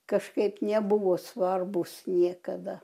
kažkaip nebuvo svarbūs niekada